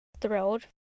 thrilled